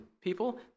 people